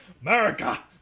America